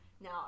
now